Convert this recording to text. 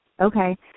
Okay